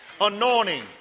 anointing